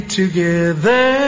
together